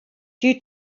due